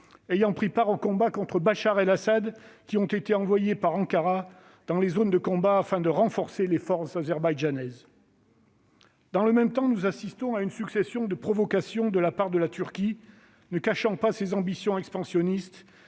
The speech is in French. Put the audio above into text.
ayant pris part aux combats contre Bachar el-Assad qui ont été envoyés par Ankara dans les zones de combat afin de renforcer les forces azerbaïdjanaises. Dans le même temps, nous assistons à une succession de provocations de la part de la Turquie, qui ne cache pas ses ambitions expansionnistes